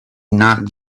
knocked